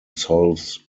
solves